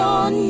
on